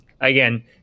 Again